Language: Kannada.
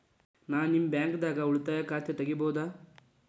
ನಾ ನಿಮ್ಮ ಬ್ಯಾಂಕ್ ದಾಗ ಉಳಿತಾಯ ಖಾತೆ ತೆಗಿಬಹುದ?